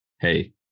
hey